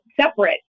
separate